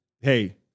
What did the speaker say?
Hey